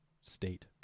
state